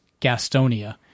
Gastonia